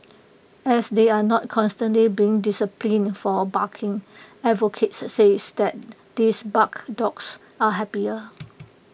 as they are not constantly being disciplined for barking advocates says that this barked dogs are happier